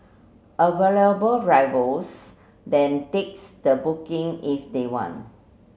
available drivers then takes the booking if they want